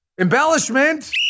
Embellishment